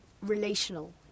relational